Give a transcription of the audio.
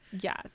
yes